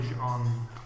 on